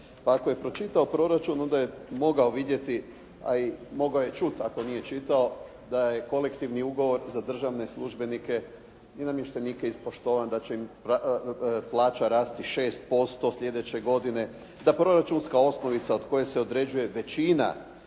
Pa ako je pročitao proračun onda je mogao vidjeti a i mogao je čuti ako nije čitao da je Kolektivni ugovor za državne službenike i namještenike ispoštovan da će im plaća rasti 6% slijedeće godine, da proračunska osnovica od koje se određuje većina